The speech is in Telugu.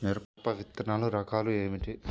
మిరప విత్తనాల రకాలు ఏమిటి?